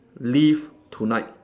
live tonight